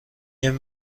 این